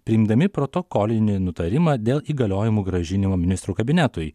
priimdami protokolinį nutarimą dėl įgaliojimų grąžinimo ministrų kabinetui